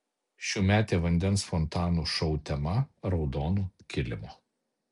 šiųmetė vandens fontanų šou tema raudonu kilimu